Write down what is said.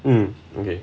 mmhmm okay